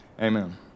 Amen